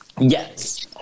Yes